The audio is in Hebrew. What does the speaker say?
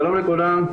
שלום לכולם.